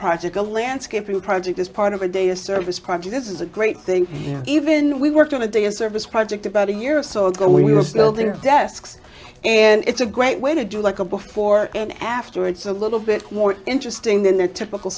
project a landscaping project as part of a data service project this is a great thing even we worked on a day of service project about a year or so ago we were still there desks and it's a great way to do like a before and after it's a little bit more interesting than their typical